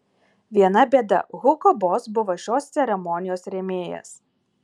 viena bėda hugo boss buvo šios ceremonijos rėmėjas